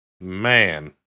man